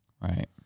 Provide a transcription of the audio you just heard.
right